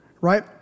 Right